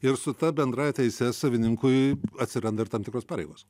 ir su ta bendrąja teise savininkui atsiranda ir tam tikros pareigos